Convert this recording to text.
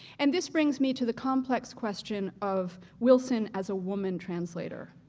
and this brings me to the complex question of wilson as a woman translator.